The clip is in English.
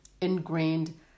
ingrained